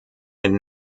den